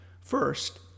First